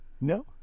No